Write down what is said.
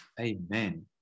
Amen